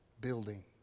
building